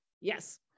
Yes